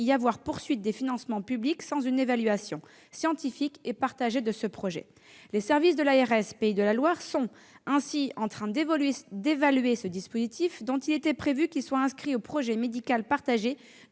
publics soient maintenus sans une évaluation scientifique et partagée de ce projet. Ainsi, les services de l'ARS Pays de La Loire sont en train d'évaluer ce dispositif, dont il était prévu qu'il soit inscrit au projet médical partagé du